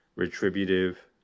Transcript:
retributive